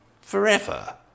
forever